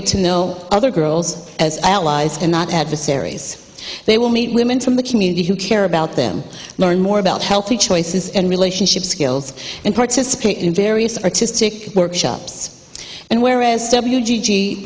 get to know other girls as allies and not adversaries they will meet women from the community who care about them learn more about healthy choices and relationship skills and participate in various artistic workshops and whereas w